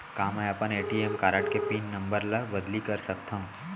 का मैं अपन ए.टी.एम कारड के पिन नम्बर ल बदली कर सकथव?